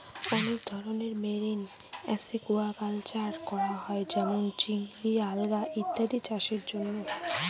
অনেক ধরনের marine aquaculture করা হয় যেমন চিংড়ি, আলগা ইত্যাদি চাষের জন্য